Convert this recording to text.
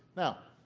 now,